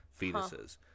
fetuses